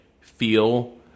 feel